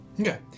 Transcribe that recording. Okay